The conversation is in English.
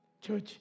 Church